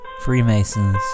freemasons